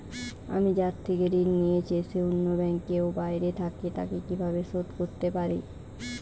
আমি যার থেকে ঋণ নিয়েছে সে অন্য ব্যাংকে ও বাইরে থাকে, তাকে কীভাবে শোধ করতে পারি?